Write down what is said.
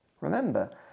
Remember